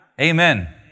Amen